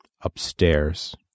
Upstairs